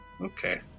Okay